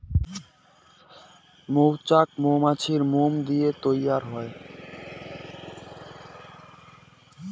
মৌচাক মৌমাছির মোম দিয়া তৈয়ার হই